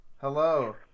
Hello